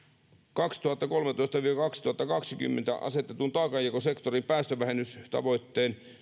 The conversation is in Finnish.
kaksituhattakolmetoista viiva kaksituhattakaksikymmentä asetetun taakanjakosektorin päästövähennystavoitteen